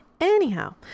anyhow